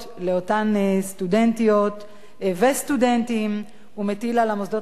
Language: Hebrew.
סטודנטיות וסטודנטים ומטיל על המוסדות האקדמיים את